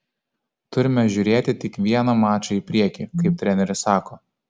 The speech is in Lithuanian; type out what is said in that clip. turime žiūrėti tik vieną mačą į priekį kaip treneris sako